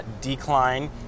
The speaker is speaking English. decline